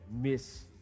miss